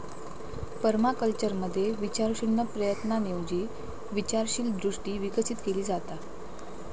पर्माकल्चरमध्ये विचारशून्य प्रयत्नांऐवजी विचारशील दृष्टी विकसित केली जाता